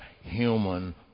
human